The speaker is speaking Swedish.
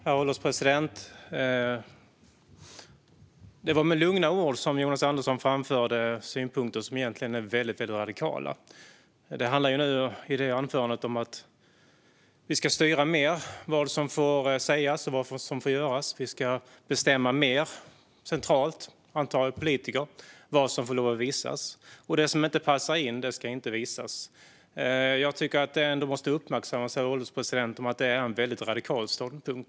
Herr ålderspresident! Det var med lugna ord som Jonas Andersson framförde synpunkter som egentligen är väldigt radikala. Anförandet handlade om att vi ska styra mer vad som får sägas och vad som får göras. Vi ska bestämma mer centralt - vi politiker, antar jag - vad som får lov att visas. Det som inte passar in ska inte visas. Jag tycker att det måste uppmärksammas, herr ålderspresident, att det är en väldigt radikal ståndpunkt.